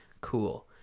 cool